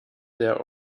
their